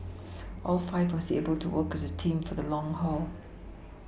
all five must be able to work as a team for the long haul